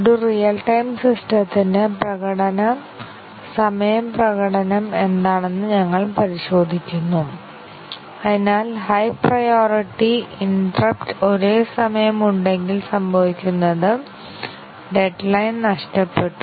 ഒരു real time സിസ്റ്റതിന് പ്രകടനം സമയ പ്രകടനം എന്താണെന്ന് ഞങ്ങൾ പരിശോധിക്കുന്നു അതിനാൽ ഹൈ പ്രയോറിറ്റി ഇന്റെറപ്പറ്റ് ഒരേസമയം ഉണ്ടെങ്കിൽ സംഭവിക്കുന്നത് ഡെഡ്ലൈൻ നഷ്ടപ്പെട്ടു